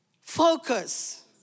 Focus